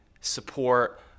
support